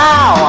Now